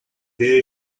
there